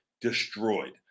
destroyed